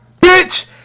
bitch